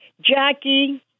Jackie